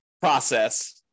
process